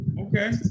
Okay